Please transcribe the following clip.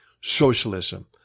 socialism